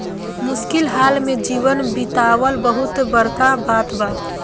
मुश्किल हाल में जीवन बीतावल बहुत बड़का बात बा